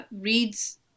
reads